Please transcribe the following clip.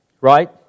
Right